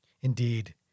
Indeed